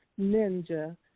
ninja